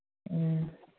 ꯎꯝ